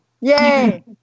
Yay